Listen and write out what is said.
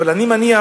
אבל אני מניח